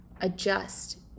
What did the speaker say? Adjust